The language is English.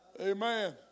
Amen